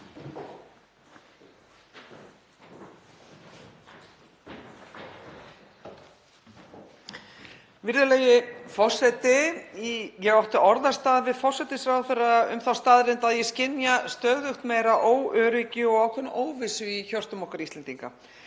Virðulegi forseti. Ég átti í gær orðastað við forsætisráðherra um þá staðreynd að ég skynja stöðugt meira óöryggi og ákveðna óvissu í hjörtum okkar Íslendinga.